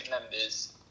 members